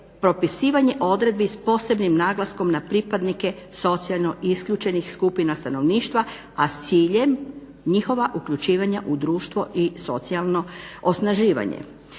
propisivanje odredbi s posebnim naglaskom na pripadnike socijalno isključenih skupina stanovništva, a s ciljem njihova uključivanja u društvo i socijalno osnaživanje.